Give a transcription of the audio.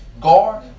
guard